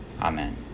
Amen